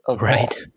Right